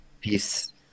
Peace